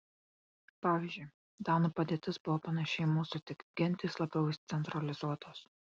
pavyzdžiui danų padėtis buvo panaši į mūsų tik gentys labiau centralizuotos